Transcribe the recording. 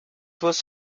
was